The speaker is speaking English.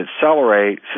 accelerate